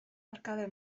arkade